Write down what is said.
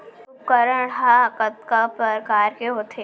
उपकरण हा कतका प्रकार के होथे?